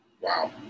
Wow